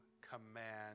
command